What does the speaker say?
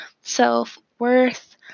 self-worth